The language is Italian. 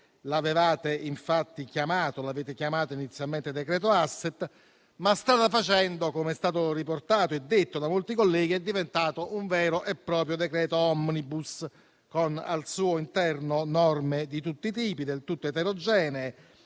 infatti chiamato inizialmente decreto *asset*, ma strada facendo - come è stato riportato e detto da molti colleghi - è diventato un vero e proprio decreto *omnibus*, con al suo interno norme di tutti i tipi e del tutto eterogenee,